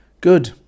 Good